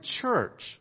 church